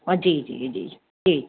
जी जी जी जी जी